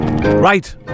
Right